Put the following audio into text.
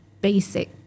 basic